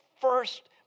First